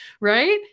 right